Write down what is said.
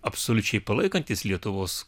absoliučiai palaikantys lietuvos